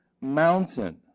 mountain